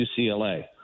UCLA